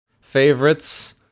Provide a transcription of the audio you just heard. favorites